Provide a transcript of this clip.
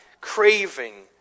craving